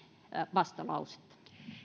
vastalausetta